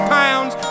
pounds